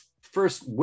First